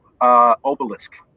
Obelisk